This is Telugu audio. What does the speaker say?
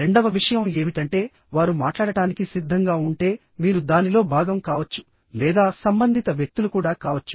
రెండవ విషయం ఏమిటంటే వారు మాట్లాడటానికి సిద్ధంగా ఉంటే మీరు దానిలో భాగం కావచ్చు లేదా సంబంధిత వ్యక్తులు కూడా కావచ్చు